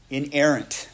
inerrant